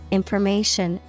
information